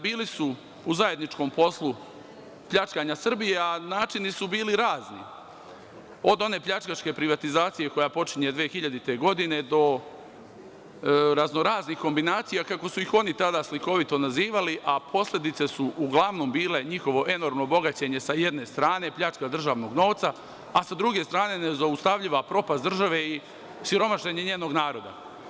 Bili su u zajedničkom poslu pljačkanja Srbije, a načini su bili razni, od one pljačkaške privatizacije koja počinje 2000. godine, do razno-raznih kombinacija, kako su ih oni tada slikovito nazivali, a posledice su uglavnom bile njihovo enormno bogaćenje sa jedne strane, pljačka državnog novca, a sa druge strane nezaustavljiva propast države i siromašenje njenog naroda.